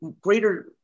greater